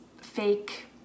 fake